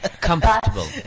Comfortable